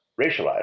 racialized